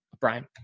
Brian